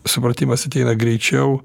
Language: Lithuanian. supratimas ateina greičiau